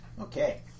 okay